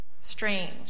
strange